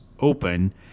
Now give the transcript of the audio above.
open